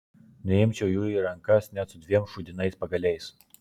neimčiau jų į rankas net su dviem šūdinais pagaliais